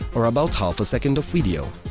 or about half a second of video.